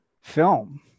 film